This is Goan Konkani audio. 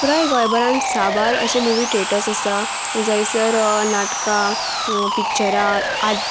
पुराय गोंयभरान साबार अशें मुवी थिएटर्स आसात जंयसर नाटकां पिच्चरां आद